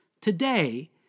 Today